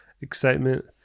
excitement